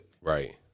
Right